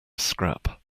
scrap